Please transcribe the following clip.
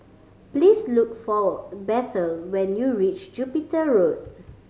please look for Bethel when you reach Jupiter Road